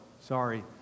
sorry